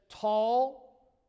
Tall